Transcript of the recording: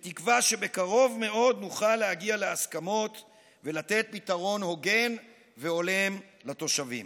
בתקווה שבקרוב מאוד נוכל להגיע להסכמות ולתת פתרון הוגן והולם לתושבים.